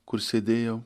kur sėdėjau